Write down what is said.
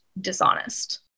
dishonest